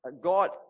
God